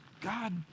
God